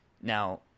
Now